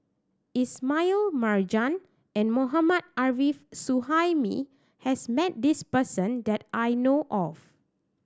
Ismail Marjan and Mohammad Arif Suhaimi has met this person that I know of